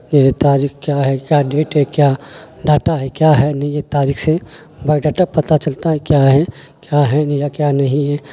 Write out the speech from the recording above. یہ ہے تاریخ کیا ہے کیا ڈیٹ ہے کیا ڈاٹا ہے کیا ہے نہیں ہے تاریخ سے بایو ڈاٹا پتا چلتا ہے کیا ہے کیا ہیں یا کیا نہیں ہیں